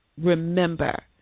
remember